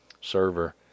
server